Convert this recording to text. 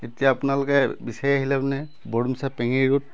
তেতিয়া আপোনালোকে বিচাৰি আহিলে মানে বৰদুমচা পেঙেৰি ৰোড